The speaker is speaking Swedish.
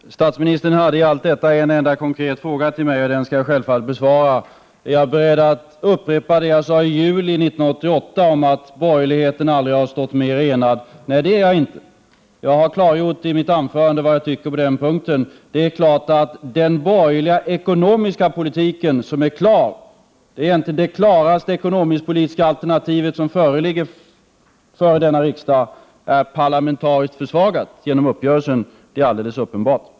Herr talman! Statsministern hade en enda konkret fråga till mig, och den skall jag självfallet besvara. Är jag beredd att upprepa det jag sade i juli 1988 om att borgerligheten aldrig har stått mer enad? Nej, det är jag inte. Jag har i mitt anförande klargjort vad jag tycker på den punkten. Att den borgerliga ekonomiska politiken — egentligen det klaraste ekonomisk-politiska alternativ som föreligger för denna riksdag — är parlamentariskt försvagad genom uppgörelsen är uppenbart.